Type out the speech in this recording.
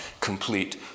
complete